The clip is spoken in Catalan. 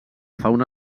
fauna